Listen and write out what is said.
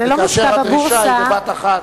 וכאשר הדרישה היא בבת-אחת,